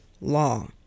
Law